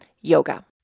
yoga